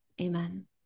Amen